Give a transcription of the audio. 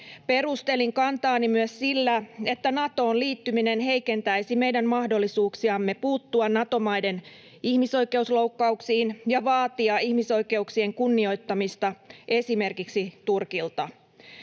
Perustelin kantaani myös sillä, että Natoon liittyminen heikentäisi meidän mahdollisuuksiamme puuttua Nato-maiden ihmisoikeusloukkauksiin ja vaatia ihmisoikeuksien kunnioittamista esimerkiksi Turkilta.